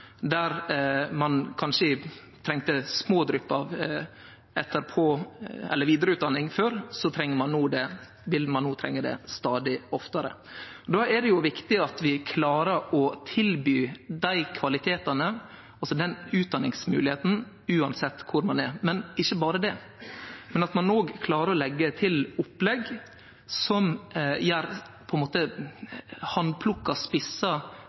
Der ein kanskje trong små drypp av etter- eller vidareutdanning før, vil ein no trenge det stadig oftare. Då er det viktig at vi klarar å tilby dei kvalitetane, altså den utdanningsmoglegheita, uansett kvar ein er – og ikkje berre det, men at ein klarar å leggje til eit opplegg som gjer handplukka, spissa kompetanse tilgjengeleg utan at ein